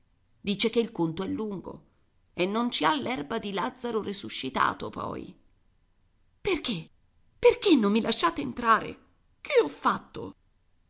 dice che il conto è lungo e non ci ha l'erba di lazzaro risuscitato poi perché perché non mi lasciate entrare che ho fatto